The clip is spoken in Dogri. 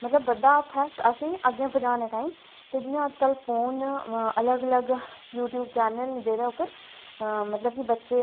मतलब कि बड्डा हत्थ ऐ असेंगी अग्गें पजाने गी ते जियां अज्जकल फोन अलग अलग यूट्यूब चैनल न एह्दे पर मतलब कि बच्चे